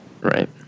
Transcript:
right